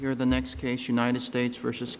you're the next case united states versus